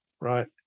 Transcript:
Right